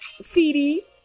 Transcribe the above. CD